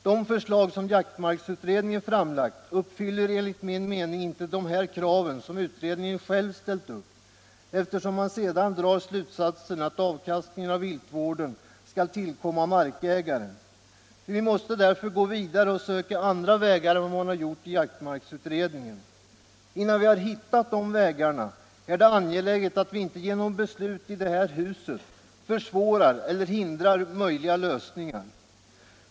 De förslag som jaktmarksutredningen framlagt uppfyller enligt min mening inte dessa krav som utredningen själv ställer upp, eftersom man sedan drar slutsatsen att avkastningen av viltvården skall tillkomma markägaren. Vi måste därför gå vidare och söka andra vägar än man har sökt i jaktmarksutredningen. Innan vi har hittat de vägarna är det angeläget att vi inte genom beslut i detta hus försvårar eller hindrar möjliga lösningar.